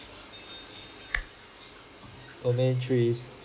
domain three